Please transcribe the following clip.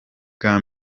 bwa